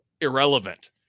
irrelevant